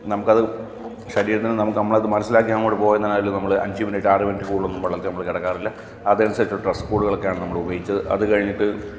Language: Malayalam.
നമുക്ക് അത് ശരീരത്തിന് നമുക്ക് നമ്മൾ അത് മനസ്സിലാക്കി അങ്ങോട്ട് പോകുന്നതിനാൽ നമ്മൾ അഞ്ച് മിനിറ്റ് ആറ് മിനിറ്റ് കൂടുതൽ വെള്ളത്തിൽ നമ്മൾ കിടക്കാറില്ല അതനുസരിച്ചുള്ള ഡ്രസ്സ് കോഡുകൾ ഒക്കെയാണ് നമ്മൾ ഉപയോഗിച്ചത് അത് കഴിഞ്ഞിട്ട്